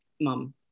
mom